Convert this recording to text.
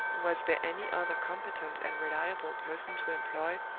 was there any other competent and reliable person to employ,